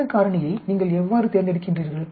பின்ன காரணியை நீங்கள் எவ்வாறு தேர்ந்தெடுக்கின்றீர்கள்